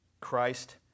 Christ